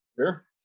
Sure